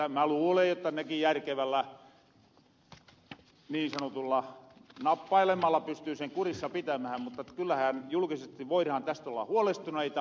mä luulen jotta nekin järkevällä niin sanotulla nappailulla pystyy sen kurissa pitämähän mutta kyllähän julukisesti voirahan tästä olla huolestuneita